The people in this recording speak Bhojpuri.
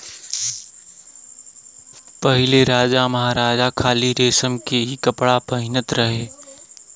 पहिले राजामहाराजा खाली रेशम के ही कपड़ा पहिनत रहे